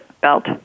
belt